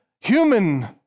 human